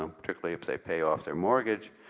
um particularly if they pay off their mortgage.